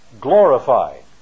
glorified